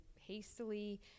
hastily